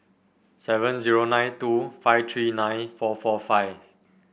seven zero nine two five three nine four four five